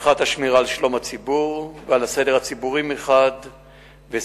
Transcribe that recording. הבטחת השמירה על שלום הציבור ועל הסדר הציבורי מחד גיסא,